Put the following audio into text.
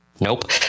Nope